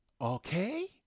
Okay